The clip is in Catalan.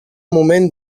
moment